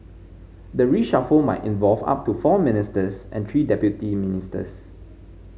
the reshuffle might involve up to four ministers and three deputy ministers